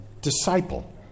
disciple